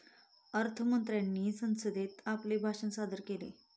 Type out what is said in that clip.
अर्थ मंत्र्यांनी संसदेत आपले भाषण सादर केले